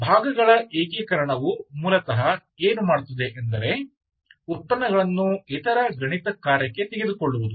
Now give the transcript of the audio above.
ಭಾಗಗಳ ಏಕೀಕರಣವು ಮೂಲತಃ ಏನು ಮಾಡುತ್ತದೆ ಎಂದರೆ ಉತ್ಪನ್ನಗಳನ್ನು ಇತರ ಗಣಿತ ಕಾರ್ಯಕ್ಕೆ ತೆಗೆದುಕೊಳ್ಳುವುದು